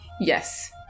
Yes